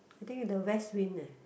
I think the west win neh